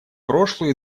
прошлую